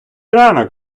ранок